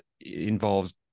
involves